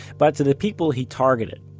but to the people he targeted,